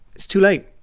it's too late.